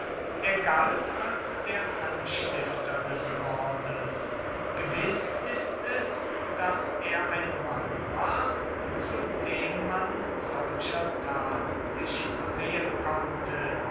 er galt als der anstifter des mordes gewiß ist es daß er ein mann war zu dem man solcher tat sich versehen konnte